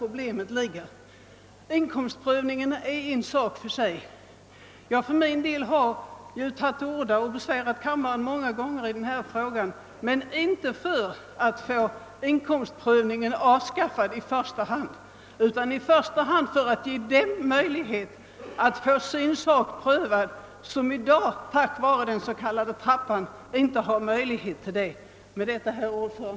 Inkomstprövning är en sak för sig, men när jag har tagit till orda och besvärat kammaren så många gånger i den här frågan så har det inte varit främst för att få inkomstprövningen avskaffad utan för att ge dem möjlighet att få sin sak prövad som i dag inte har några utsikter därtill på grund av den här »trappan».